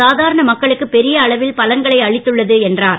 சாதாரண மக்களுக்கு பெரிய அளவில் பலன்களை அளித்துள்ளது என்றார்